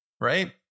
right